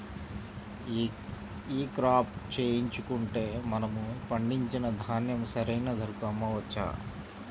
ఈ క్రాప చేయించుకుంటే మనము పండించిన ధాన్యం సరైన ధరకు అమ్మవచ్చా?